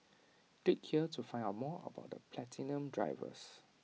click here to find out more about the platinum drivers